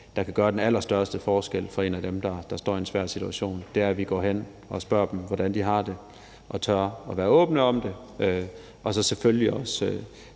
der kan gøre den allerstørste forskel for en af dem, der står i en svær situation, er, at vi går hen og spørger dem, hvordan de har det, og at vi tør være åbne om det, og at vi så selvfølgelig også